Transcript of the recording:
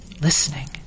listening